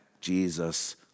Jesus